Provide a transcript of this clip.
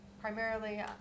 primarily